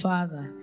Father